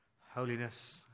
holiness